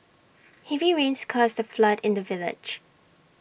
heavy rains caused A flood in the village